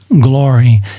glory